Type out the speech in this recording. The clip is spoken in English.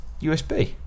USB